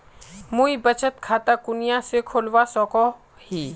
मुई बचत खता कुनियाँ से खोलवा सको ही?